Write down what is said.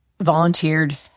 volunteered